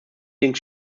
links